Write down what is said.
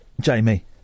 Jamie